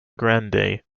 grande